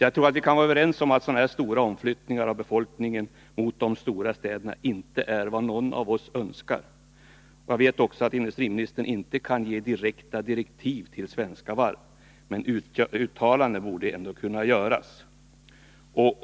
Jag tror att vi kan vara överens om att sådana här stora omflyttningar av befolkningen mot storstäderna inte är någonting som vi önskar. Jag vet att industriministern inte kan ge egentliga direktiv till Svenska Varv, men uttalanden borde kunna göras.